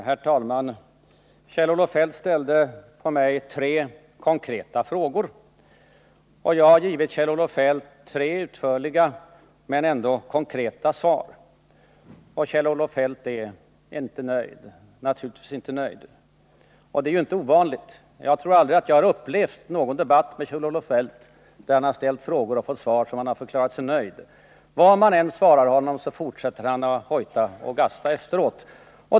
Herr talman! Kjell-Olof Feldt ställde till mig tre konkreta frågor, och jag har givit Kjell-Olof Feldt tre utförliga, konkreta svar. Men Kjell-Olof Feldt är naturligtvis inte nöjd. Och det är ju inte ovanligt. Jag tror aldrig att jag har upplevt någon debatt med Kjell-Olof Feldt, där han efter att ha ställt frågor har fått svar som han förklarar sig nöjd med. Vad man än svarar honom fortsätter han att hojta och gasta efteråt.